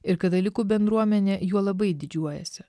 ir katalikų bendruomenė juo labai didžiuojasi